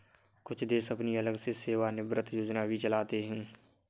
कुछ देश अपनी अलग से सेवानिवृत्त योजना भी चलाते हैं